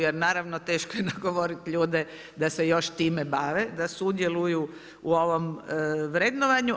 Jer naravno teško je nagovorit ljude da se još time bave, da sudjeluju u ovom vrednovanju.